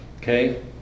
Okay